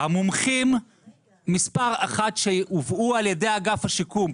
המומחים מספר אחת שהובאו על ידי אגף השיקום,